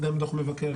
גם דו"ח מבקר,